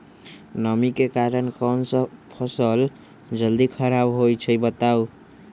नमी के कारन कौन स फसल जल्दी खराब होई छई बताई?